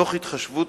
תוך התחשבות